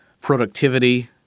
productivity